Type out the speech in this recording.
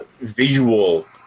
visual